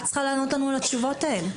את צריכה לענות לנו על השאלות האלה.